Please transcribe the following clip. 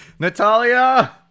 Natalia